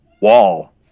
wall